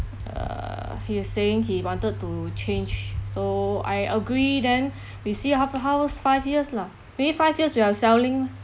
uh he was saying he wanted to change so I agree then we see how's the house five years lah meaning five years we are selling ah